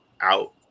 out